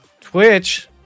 twitch